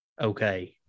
okay